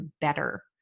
better